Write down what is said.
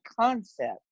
concept